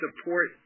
support